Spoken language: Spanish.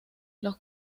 los